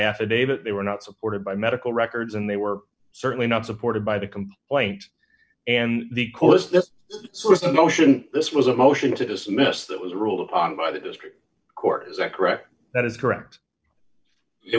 affidavit they were not supported by medical records and they were certainly not supported by the complaint and the course there was a notion this was a motion to dismiss that was ruled upon by the district court is that correct that is correct it